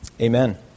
Amen